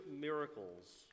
miracles